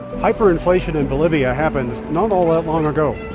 hyperinflation in bolivia happened not all that long ago,